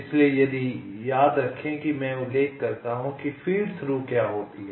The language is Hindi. इसलिए याद रखें कि मैं उल्लेख करता हूं कि फ़ीड थ्रू क्या होती है